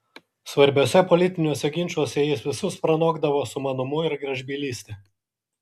svarbiuose politiniuose ginčuose jis visus pranokdavo sumanumu ir gražbylyste